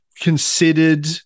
considered